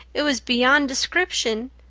it was beyond description.